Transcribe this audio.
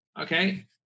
okay